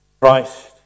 Christ